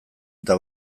eta